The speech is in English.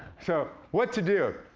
so, what to do?